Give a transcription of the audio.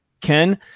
Ken